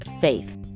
faith